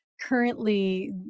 Currently